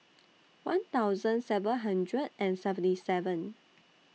one thousand seven hundred and seventy seven